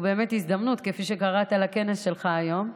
הוא באמת הזדמנות, כפי שקראת לכנס שלך היום.